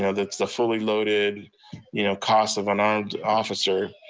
you know that's the fully loaded you know cost of an armed officer.